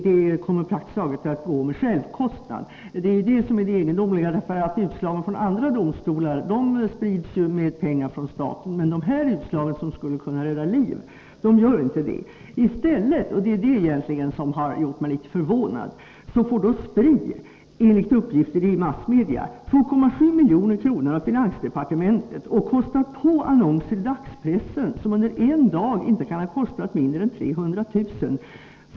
Den kommer att kunna genomföras praktiskt taget till självkostnadspris. Detta är det egendomliga. Utslagen från andra domstolar sprids på statens bekostnad, men dessa utslag, som skulle kunna rädda liv, gör det inte. I stället får, och det är egentligen detta som har gjort mig litet förvånad, Spri — enligt uppgifter i massmedia — 2,7 milj.kr. av finansdepartementet. Spri sätter in annonser i dagspressen, vilka under en dag inte kan ha kostat mindre än 300 000 kr.